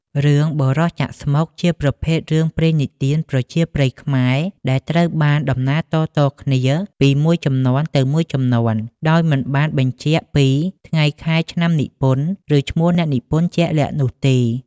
រឿង "បុរសចាក់ស្មុគ" ជាប្រភេទ រឿងព្រេងនិទានប្រជាប្រិយខ្មែរ ដែលត្រូវបានដំណាលតៗគ្នាពីមួយជំនាន់ទៅមួយជំនាន់ ដោយមិនបានបញ្ជាក់ពី ថ្ងៃខែឆ្នាំនិពន្ធ ឬ ឈ្មោះអ្នកនិពន្ធជាក់លាក់នោះទេ។